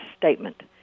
statement